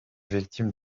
victime